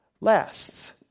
lasts